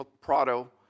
Prado